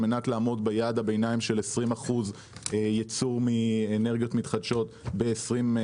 על מנת לעמוד ביעד הביניים של 20% ייצור מאנרגיות מתחדשות ב-2025.